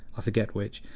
i forget which,